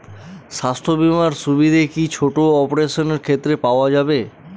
স্বাস্থ্য বীমার সুবিধে কি ছোট অপারেশনের ক্ষেত্রে পাওয়া যাবে?